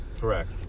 Correct